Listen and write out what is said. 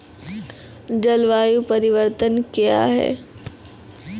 जलवायु परिवर्तन कया हैं?